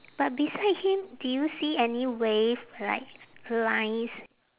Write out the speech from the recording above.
but beside him do you see any wave like lines